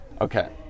okay